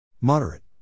Moderate